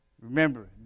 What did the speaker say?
Remember